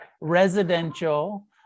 residential